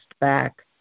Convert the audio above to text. back